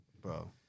Bro